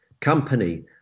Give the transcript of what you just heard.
company